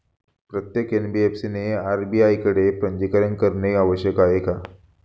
प्रत्येक एन.बी.एफ.सी ने आर.बी.आय कडे पंजीकरण करणे आवश्यक आहे का?